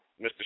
Mr